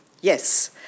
yes